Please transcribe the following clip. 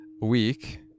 week